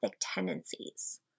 tendencies